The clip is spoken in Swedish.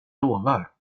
lovar